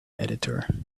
editor